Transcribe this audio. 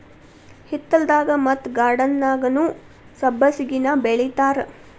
ಹಿತ್ತಲದಾಗ ಮತ್ತ ಗಾರ್ಡನ್ದಾಗುನೂ ಸಬ್ಬಸಿಗೆನಾ ಬೆಳಿತಾರ